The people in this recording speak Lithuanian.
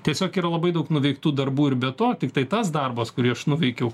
tiesiog yra labai daug nuveiktų darbų ir be to tiktai tas darbas kurį aš nuveikiau